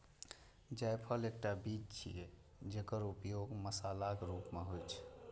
जायफल एकटा बीज छियै, जेकर उपयोग मसालाक रूप मे होइ छै